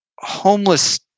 homeless